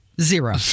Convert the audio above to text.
zero